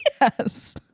yes